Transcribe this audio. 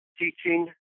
teaching